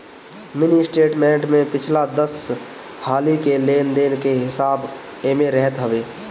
mini statement में पिछला दस हाली के लेन देन के हिसाब एमे रहत हवे